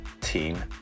team